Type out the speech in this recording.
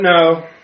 no